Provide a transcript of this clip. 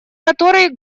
который